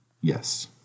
Yes